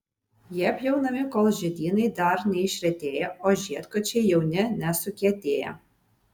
jie pjaunami kol žiedynai dar neišretėję o žiedkočiai jauni nesukietėję